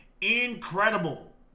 Incredible